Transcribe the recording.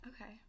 Okay